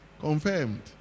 confirmed